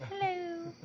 Hello